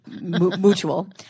mutual